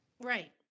Right